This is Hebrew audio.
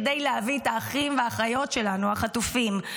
כדי להביא את האחים והאחיות שלנו החטופים,